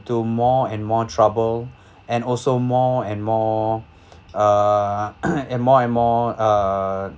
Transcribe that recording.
to more and more trouble and also more and more uh and more and more uh